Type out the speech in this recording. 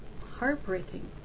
heartbreaking